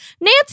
Nancy